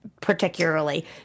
particularly